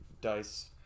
dice